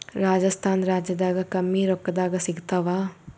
ರಾಜಸ್ಥಾನ ರಾಜ್ಯದಾಗ ಕಮ್ಮಿ ರೊಕ್ಕದಾಗ ಸಿಗತ್ತಾವಾ?